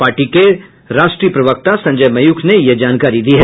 party के राष्ट्रीय प्रवक्ता संजय मयूख ने यह जानकारी दी है